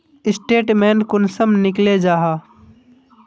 Statement कुंसम निकले जाहा?